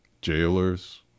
jailers